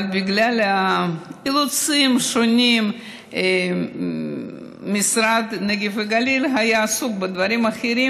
אבל בגלל אילוצים שונים משרד הנגב והגליל היה עסוק בדברים אחרים,